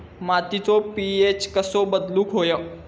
मातीचो पी.एच कसो बदलुक होयो?